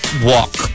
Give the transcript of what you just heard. walk